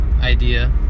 idea